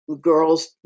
Girls